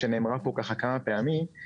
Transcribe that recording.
שנאמרה פה כמה פעמים,